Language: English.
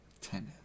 tennis